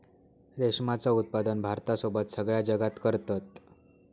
रेशमाचा उत्पादन भारतासोबत सगळ्या जगात करतत